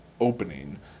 opening